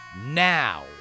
now